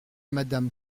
madame